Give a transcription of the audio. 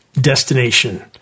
destination